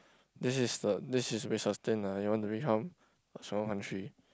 this is the this is we should sustained ah if you wanna become a strong country